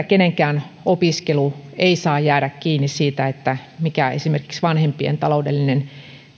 kenenkään opiskelu ei saa jäädä kiinni esimerkiksi siitä mikä vanhempien taloudellinen